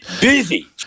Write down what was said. Busy